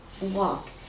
walk